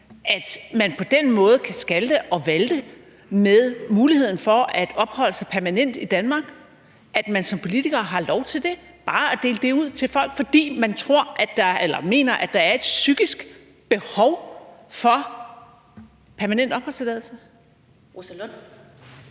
at man på den måde kan skalte og valte med muligheden for at opholde sig permanent i Danmark, at man som politiker har lov til det, altså bare at dele det ud til folk, fordi man tror eller mener, at der er et psykisk behov for permanent opholdstilladelse?